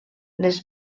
les